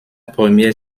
première